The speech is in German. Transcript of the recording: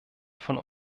von